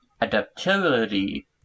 adaptability